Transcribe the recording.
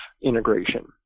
integration